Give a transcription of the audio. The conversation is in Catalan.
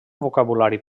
vocabulari